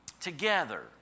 together